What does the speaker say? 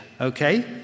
okay